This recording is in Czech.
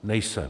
Nejsem.